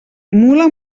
mula